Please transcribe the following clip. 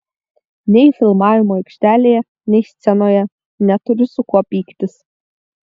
nei filmavimo aikštelėje nei scenoje neturiu su kuo pyktis